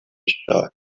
شاد